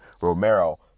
Romero